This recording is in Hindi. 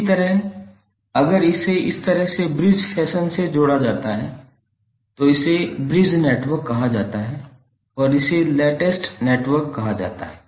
इसी तरह अगर इसे इस तरह से ब्रिज फैशन से जोड़ा जाता है तो इसे ब्रिज नेटवर्क कहा जाता है और इसे लेटेस्ट नेटवर्क कहा जाता है